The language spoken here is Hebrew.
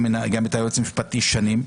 גם את היועץ המשפטי שנים,